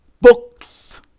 books